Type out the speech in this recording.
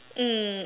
mm